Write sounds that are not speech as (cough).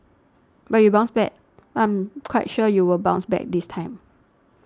but you bounced back I'm (noise) quite sure you will bounce back this time